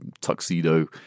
tuxedo